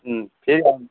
उम् फेरि आउनुहोस्